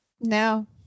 No